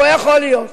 לא יכול להיות